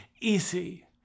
easy